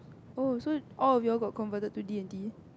oh so all of you all got converted to D-and-T